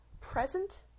present-